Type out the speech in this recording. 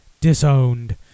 Disowned